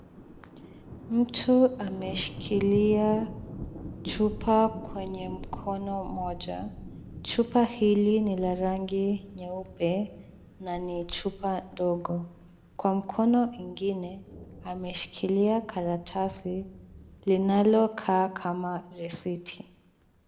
Mtu ameshikilia chupa kwenye mkono mmoja. Chupa hili ni la rangi nyeupe na ni chupa ndogo. Kwa mkono ingine ameshikilia karatasi linalokaa kama risiti.